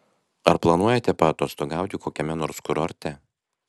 ar planuojate paatostogauti kokiame nors kurorte